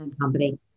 company